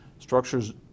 Structures